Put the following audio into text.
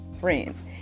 Friends